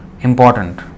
important